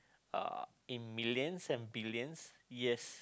uh in millions and billions yes